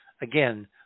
Again